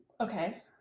Okay